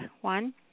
one